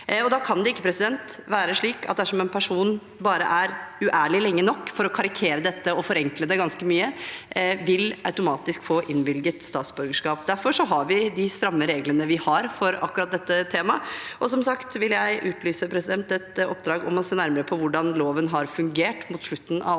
Det kan ikke være slik at dersom en person bare er uærlig lenge nok, for å karikere dette og forenkle det ganske mye, vil man automatisk få innvilget statsborgerskap. Derfor har vi de stramme reglene vi har for akkurat dette temaet. Jeg vil som sagt utlyse et oppdrag mot slutten av året for å se nærmere på hvordan loven har fungert, og da er